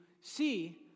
see